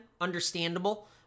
understandable